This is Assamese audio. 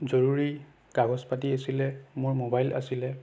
জৰুৰী কাগজ পাতি আছিলে মোৰ মোবাইল আছিলে